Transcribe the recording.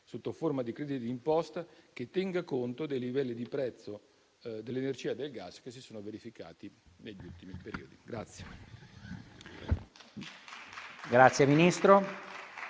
sotto forma di crediti d'imposta, che tenga conto dei livelli di prezzo dell'energia del gas che si sono registrati negli ultimi periodi.